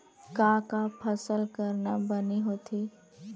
का का फसल करना बने होथे?